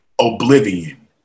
oblivion